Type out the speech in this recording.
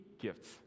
gifts